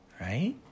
right